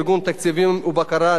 ארגון תקציבים ובקרה,